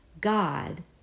God